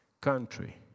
country